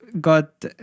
got